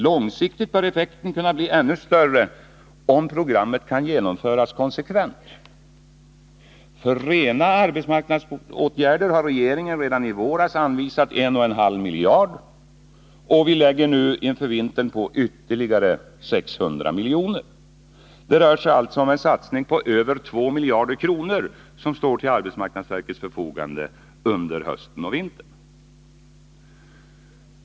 Långsiktigt bör effekten kunna bli ännu större, om programmet kan genomföras konsekvent. För rena arbetsmarknadsåtgärder har regeringen redan i våras anvisat 1,5 miljarder, och vi lägger nu inför vintern på ytterligare 600 miljoner. Det rör sig alltså om en satsning på över 2 miljarder kronor. Dessa pengar står till arbetsmarknadsverkets förfogande under hösten och vintern.